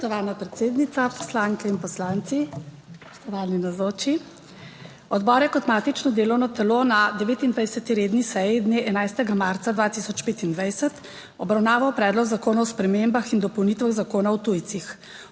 Spoštovana predsednica, poslanke in poslanci, spoštovani navzoči! Odbor je kot matično delovno telo na 29. redni seji, dne 11. marca 2025, obravnaval Predlog zakona o spremembah in dopolnitvah Zakona o tujcih.